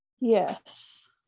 Yes